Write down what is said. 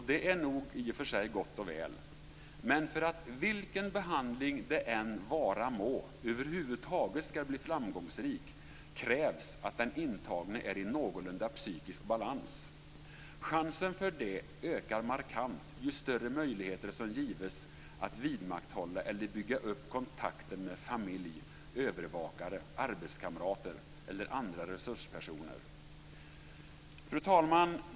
Det är i och för sig gott och väl. Men för att vilken behandling det än vara må över huvud taget skall bli framgångsrik krävs att den intagne är i någorlunda psykisk balans. Chansen för det ökar markant ju större möjligheter som gives att vidmakthålla eller bygga upp kontakten med familj, övervakare, arbetskamrater eller andra resurspersoner. Fru talman!